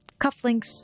cufflinks